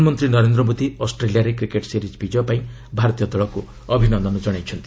ପ୍ରଧାନମନ୍ତ୍ରୀ ନରେନ୍ଦ୍ର ମୋଦି ଅଷ୍ଟ୍ରେଲିଆରେ cricket series ବିଜୟ ପାଇଁ ଭାରତୀୟ ଦଳକୁ ଅଭିନନ୍ଦନ ଜଣାଇଛନ୍ତି